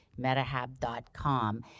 MetaHab.com